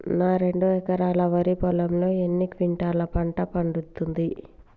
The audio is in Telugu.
నా రెండు ఎకరాల వరి పొలంలో ఎన్ని క్వింటాలా పంట పండుతది?